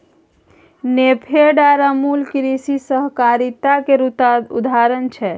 नेफेड आर अमुल कृषि सहकारिता केर उदाहरण छै